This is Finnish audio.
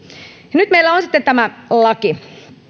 nyt meillä on on sitten tämä laki